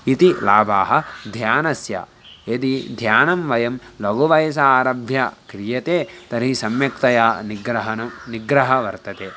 इति लाभाः ध्यानस्य यदि ध्यानं वयं लघुवयसि आरभ्य क्रियते तर्हि सम्यक्तया निग्रहणं निग्रहणं वर्तते